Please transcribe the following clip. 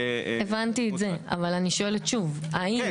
רק אם זה לצורכי מזון?